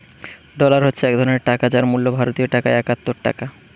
dollar হচ্ছে এক ধরণের টাকা যার মূল্য ভারতীয় টাকায় একাত্তর টাকা